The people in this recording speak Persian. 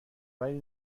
ولی